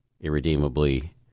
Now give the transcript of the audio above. irredeemably